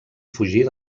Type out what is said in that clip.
fugir